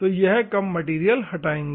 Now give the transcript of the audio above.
तो यह कम मैटेरियल हटा पाएंगे